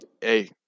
hey